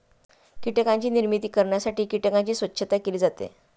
कीटकांची निर्मिती करण्यासाठी कीटकांची स्वच्छता केली जाते